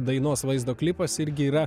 dainos vaizdo klipas irgi yra